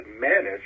managed